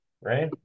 right